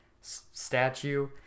statue